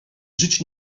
żyć